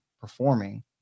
performing